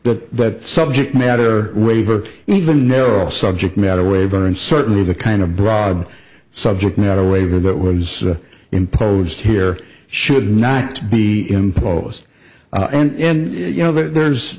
but subject matter waiver even narrow subject matter waiver and certainly the kind of broad subject matter waiver that was imposed here should not be imposed and you know there's